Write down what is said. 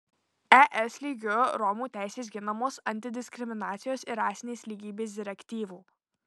es lygiu romų teisės ginamos antidiskriminacijos ir rasinės lygybės direktyvų